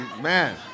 Man